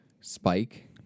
Spike